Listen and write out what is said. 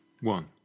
One